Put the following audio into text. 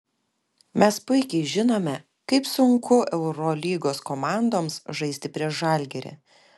mes puikiai žinome kaip sunku eurolygos komandoms žaisti prieš žalgirį